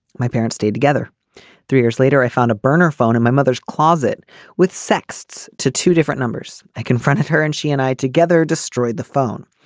my parents stayed together three years later i found a burner phone in my mother's closet with sexts to two different numbers. i confronted her and she and i together destroyed the phone.